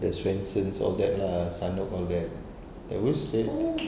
the swensen's all that lah that was that